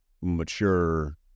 mature